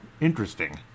interesting